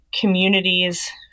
communities